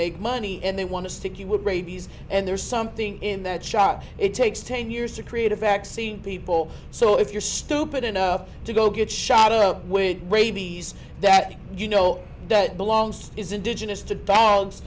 make money and they want to stick you with rabies and there's something in that shot it takes ten years to create a vaccine people so if you're stupid enough to go get shot up with rabies that you know that belongs to is indigenous to dogs